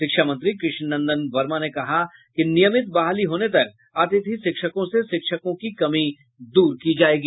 शिक्षा मंत्री कृष्ण नंदन वर्मा ने कहा कि नियमित बहाली होने तक अतिथि शिक्षकों से शिक्षकों की कमी दूर की जायेगी